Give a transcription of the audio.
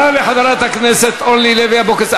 תודה לחברת הכנסת אורלי לוי אבקסיס.